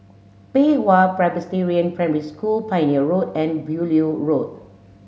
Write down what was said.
Pei Hwa Presbyterian Primary School Pioneer Road and Beaulieu Road